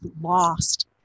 lost